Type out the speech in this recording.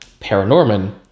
Paranorman